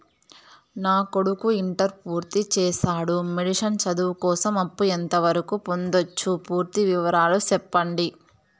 నా కొడుకు ఇంటర్ పూర్తి చేసాడు, మెడిసిన్ చదువు కోసం అప్పు ఎంత వరకు పొందొచ్చు? పూర్తి వివరాలు సెప్పండీ?